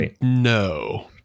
No